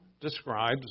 describes